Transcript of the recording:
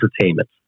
entertainment